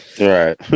Right